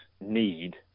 need